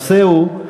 הנושא הוא: